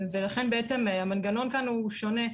זה היה בעצם מחוץ לתחום,